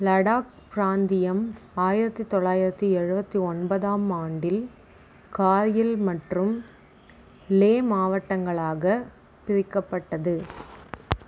லடாக் பிராந்தியம் ஆயிரத்தி தொள்ளாயிரத்தி எழுபத்தி ஒன்பதாம் ஆண்டில் கார்கில் மற்றும் லே மாவட்டங்களாக பிரிக்கப்பட்டது